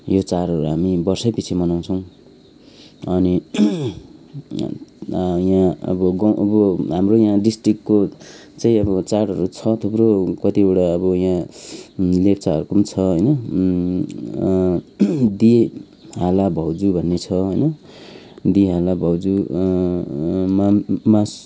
यो चाडहरू हामी वर्षैपिच्छे मनाउँछौँ अनि यहाँ अब गाँउ हाम्रो यहाँ डिस्ट्रिक्टको चाहिँ अब चाडहरू छ थुप्रो कतिवटा अब यहाँ लेप्चाहरूको पनि छ होइन दि हाल भौउजु भन्ने छ होइन दि हाल भौउजु माम मास